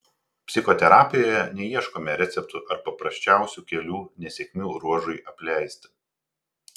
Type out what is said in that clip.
psichoterapijoje neieškome receptų ar paprasčiausių kelių nesėkmių ruožui apleisti